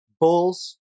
Bulls